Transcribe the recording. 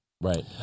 Right